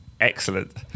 Excellent